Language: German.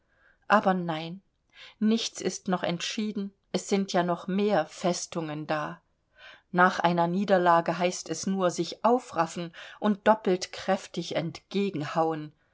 aber nein nichts ist noch entschieden es sind ja noch mehr festungen da nach einer niederlage heißt es nur sich aufraffen und doppelt kräftig